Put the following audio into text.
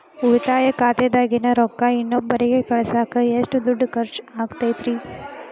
ಉಳಿತಾಯ ಖಾತೆದಾಗಿನ ರೊಕ್ಕ ಇನ್ನೊಬ್ಬರಿಗ ಕಳಸಾಕ್ ಎಷ್ಟ ದುಡ್ಡು ಖರ್ಚ ಆಗ್ತೈತ್ರಿ?